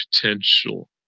potential